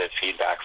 feedback